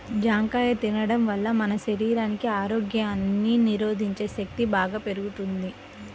జాంకాయ తిండం వల్ల మన శరీరానికి రోగాల్ని నిరోధించే శక్తి బాగా పెరుగుద్ది